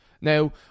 now